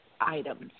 items